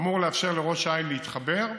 אמור לאפשר לראש העין להתחבר,